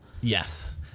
Yes